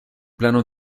plano